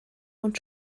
und